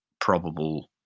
probable